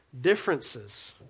differences